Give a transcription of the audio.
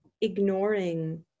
ignoring